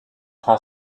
prend